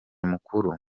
mukuru